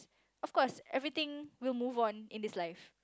of course everything will move on in this life